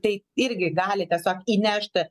tai irgi gali tiesiog įnešti